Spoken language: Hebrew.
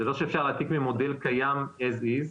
זה לא שאפשר להעתיק ממודל קיים as is.